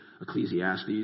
Ecclesiastes